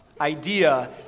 idea